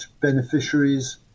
beneficiaries